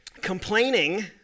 complaining